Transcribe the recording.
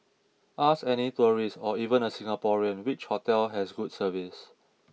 ask any tourist or even a Singaporean which hotel has good service